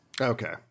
Okay